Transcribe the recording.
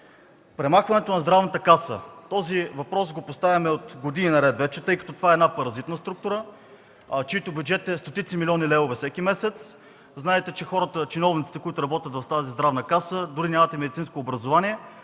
Премахването на Здравната каса. Този въпрос го поставяме от години наред, тъй като това е паразитна структура, чийто бюджет е стотици милиони левове всеки месец. Знаете, че чиновниците, които работят в Здравната каса, дори нямат и медицинско образование,